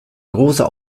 großer